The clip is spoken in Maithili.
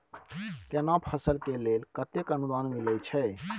केना फसल के लेल केतेक अनुदान मिलै छै?